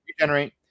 regenerate